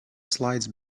slides